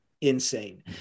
insane